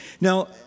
Now